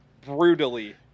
brutally